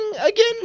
again